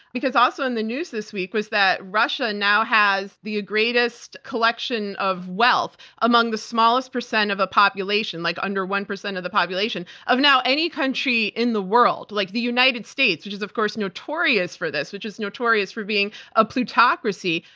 because also in the news this week was that russia now has the greatest collection of wealth among the smallest percent of a population like under one percent of the population of now any country in the world. like the united states, which is, of course, notorious for this, which is notorious for being a plutocracy,